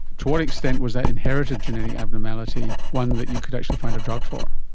to what extent was that inherited genetic abnormality one that you could actually find a drug for?